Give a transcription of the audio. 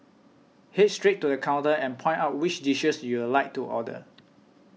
head straight to the counter and point out which dishes you'd like to order